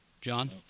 John